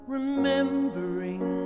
Remembering